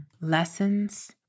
lessons